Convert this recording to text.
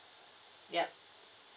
yup